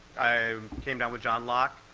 i came down with john locke,